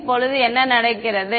இப்போது என்ன நடக்கிறது